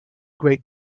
great